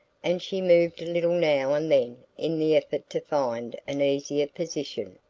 and she moved a little now and then in the effort to find an easier position.